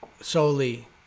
solely